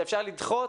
שאפשר לדחות